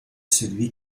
celui